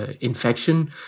infection